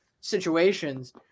situations